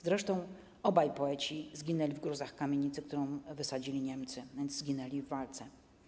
Zresztą obaj poeci zginęli w gruzach kamienicy, którą wysadzili Niemcy, więc zginęli w walce.